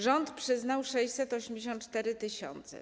Rząd przyznał 684 tys.